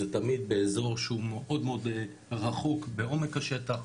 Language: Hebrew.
זה תמיד באזור שהוא מאוד מאוד רחוק בעומק השטח,